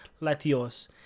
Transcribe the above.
Latios